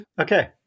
Okay